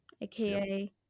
AKA